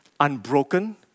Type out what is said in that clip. Unbroken